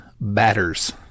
batters